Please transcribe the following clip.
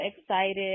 excited